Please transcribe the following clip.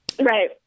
Right